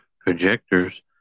projectors